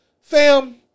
Fam